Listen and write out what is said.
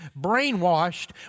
brainwashed